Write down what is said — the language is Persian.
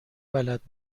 بلد